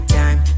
time